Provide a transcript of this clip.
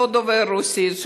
שלא דובר רוסית,